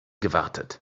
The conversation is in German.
gewartet